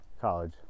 college